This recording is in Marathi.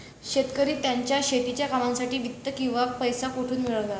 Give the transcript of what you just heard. शेतकरी त्यांच्या शेतीच्या कामांसाठी वित्त किंवा पैसा कुठून मिळवतात?